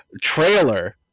trailer